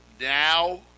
now